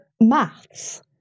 maths